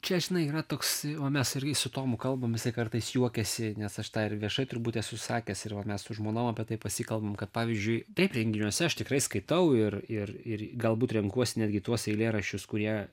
čia yra toks va mes irgi su tomu kalbam jisai kartais juokiasi nes aš tą ir viešai turbūt esu sakęs ir mes su žmona apie tai pasikalbam kad pavyzdžiui taip renginiuose aš tikrai skaitau ir ir ir galbūt renkuosi netgi tuos eilėraščius kurie